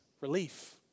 relief